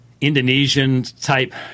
Indonesian-type